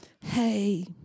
Hey